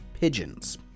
pigeons